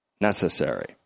necessary